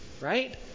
right